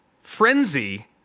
frenzy